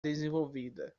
desenvolvida